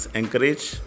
encourage